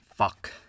Fuck